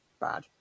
bad